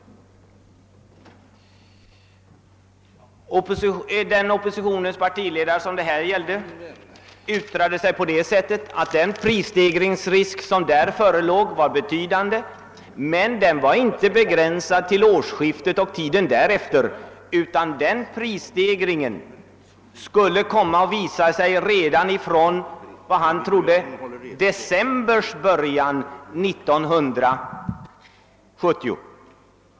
Den partiledare inom oppositionen, som det här gällde, yttrade att den föreliggande prisstegringsrisken var betydande men att den inte begränsade sig till årsskiftet och tiden därefter utan, enligt honom, skulle komma att visa sig redan från början av december 1970.